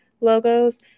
logos